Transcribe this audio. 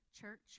church